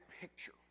picture